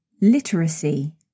literacy